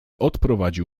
odprowadził